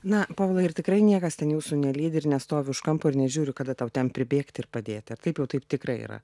na povilai ir tikrai niekas ten jūsų nelydi ir nestovi už kampo ir nežiūri kada tau ten pribėgt ir padėt ar taip jau taip tikrai yra